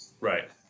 Right